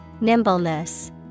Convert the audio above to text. Nimbleness